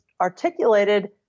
articulated